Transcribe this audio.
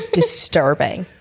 disturbing